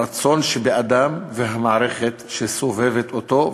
הרצון שבאדם והמערכת שסובבת אותו,